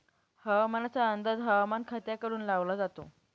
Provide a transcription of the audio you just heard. हवामानाचा अंदाज हवामान खात्याकडून लावला जातो